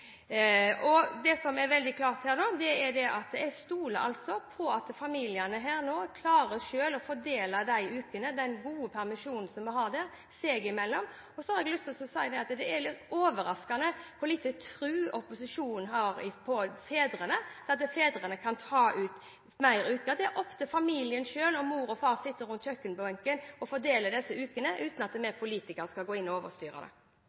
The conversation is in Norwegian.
budsjett. Det som er veldig klart, er at jeg stoler på at familiene selv klarer å fordele de ukene – den gode permisjonen som vi har – seg imellom. Så har jeg lyst til å si at det er overraskende hvor liten tro opposisjonen har på at fedrene vil ta ut flere uker. Det er opp til familien selv. Mor og far kan sitte rundt kjøkkenbenken og fordele disse ukene, uten at vi politikere skal gå inn og overstyre det.